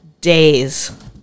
days